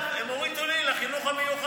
עכשיו, הם אומרים: תנו לי לחינוך המיוחד.